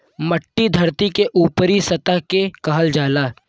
मट्टी धरती के ऊपरी सतह के कहल जाला